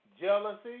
jealousy